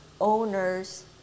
owners